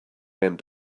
end